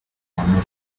anno